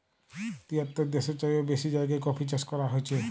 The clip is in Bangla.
তিয়াত্তর দ্যাশের চাইয়েও বেশি জায়গায় কফি চাষ ক্যরা হছে